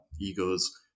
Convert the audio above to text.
egos